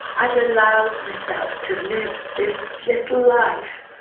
and allowed myself to live this little life